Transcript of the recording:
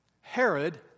Herod